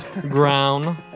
Ground